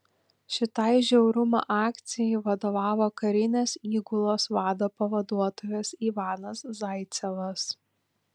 šitai žiaurumo akcijai vadovavo karinės įgulos vado pavaduotojas ivanas zaicevas